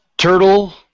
Turtle